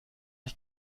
ich